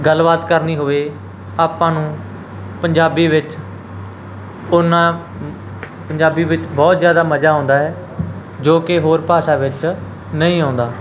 ਗੱਲਬਾਤ ਕਰਨੀ ਹੋਵੇ ਆਪਾਂ ਨੂੰ ਪੰਜਾਬੀ ਵਿੱਚ ਓਨਾ ਪੰਜਾਬੀ ਵਿੱਚ ਬਹੁਤ ਜ਼ਿਆਦਾ ਮਜ਼ਾ ਆਉਂਦਾ ਹੈ ਜੋ ਕਿ ਹੋਰ ਭਾਸ਼ਾ ਵਿੱਚ ਨਹੀਂ ਆਉਂਦਾ